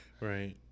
Right